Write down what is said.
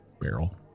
barrel